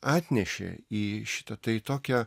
atnešė į šitą tai tokią